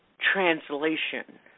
translation